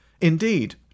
Indeed